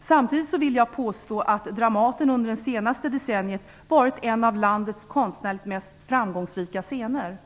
Samtidigt vill jag påstå att Dramaten under det senaste decenniet har varit en av landets konstnärligt mest framgångsrika scener.